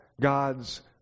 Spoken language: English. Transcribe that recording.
God's